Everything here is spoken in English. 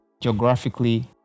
Geographically